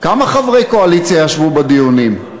כמה חברי קואליציה ישבו בדיונים?